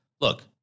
Look